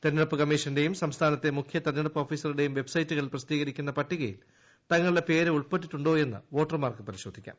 തെരഞ്ഞെടുപ്പ് കമ്മിഷന്റെയും സംസ്ഥാനത്തെ മുഖ്യ തെരഞ്ഞെടുപ്പ് ഓഫീസറുടെയും വെബ്സൈറ്റുകളിൽ പ്രസിദ്ധീകരിക്കുന്ന പട്ടികയിൽ തങ്ങളുടെ പേര് ഉൾപ്പെട്ടിട്ടുണ്ടൊയെന്ന് വോട്ടർമാർക്ക് പരിശോധിക്കാം